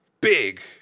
big